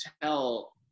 tell